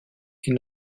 est